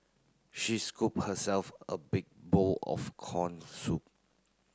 she scooped herself a big bowl of corn soup